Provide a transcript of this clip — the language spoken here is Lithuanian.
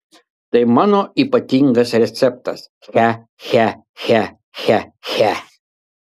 tai mano ypatingas receptas che che che che che